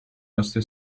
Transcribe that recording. nostri